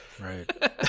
Right